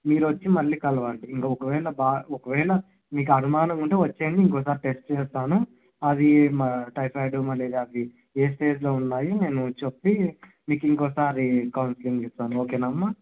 మీరొచ్చి మళ్ళీ కలవండి ఇంక ఒకవేళ బా ఒకవేళ మీకనుమానంగుంటే వచ్చేయండి ఇంకోసారి టెస్ట్ చేసేస్తాను అవీ మా టైఫాయిడ్ మలేరియా అవి ఏ స్టేజ్లో ఉండాయి నేను చెప్పి మీకు ఇంకోసారి కౌన్సిలింగ్ ఇస్తాను ఓకేనా అమ్మ